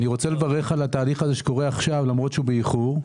אני רוצה לברך על התהליך הזה שקורה עכשיו למרות שהוא באיחור.